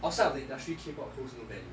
outside of the industry K pop holds no value